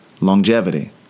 longevity